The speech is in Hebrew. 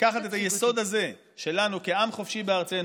לקחת את היסוד הזה שלנו כעם חופשי בארצנו,